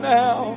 now